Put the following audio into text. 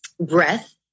Breath